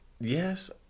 Yes